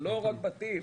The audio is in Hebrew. זה לא רק בתים,